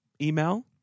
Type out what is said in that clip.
email